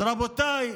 אז רבותיי,